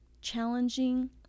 challenging